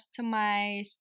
customized